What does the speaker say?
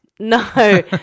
No